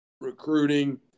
recruiting